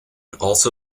also